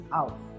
out